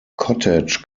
cottage